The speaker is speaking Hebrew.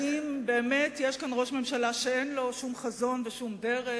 האם באמת יש כאן ראש ממשלה שאין לו שום חזון ושום דרך?